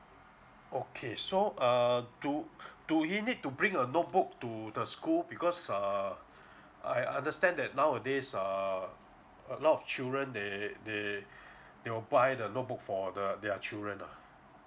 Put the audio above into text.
okay so err do do he need to bring a notebook to the school because err I understand that nowadays err a lot of children they they they will buy the notebook for the their children ah